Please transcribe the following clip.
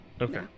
Okay